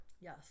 Yes